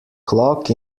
clock